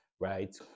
right